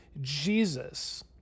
Jesus